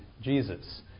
Jesus